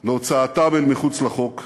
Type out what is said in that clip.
להוצאתם אל מחוץ לחוק.